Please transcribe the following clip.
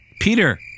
Peter